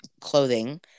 clothing